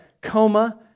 coma